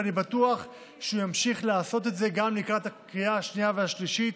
ואני בטוח שהוא ימשיך לעשות את זה גם לקראת הקריאה השנייה והשלישית.